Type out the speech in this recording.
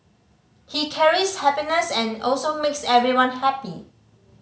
he carries happiness and also makes everyone happy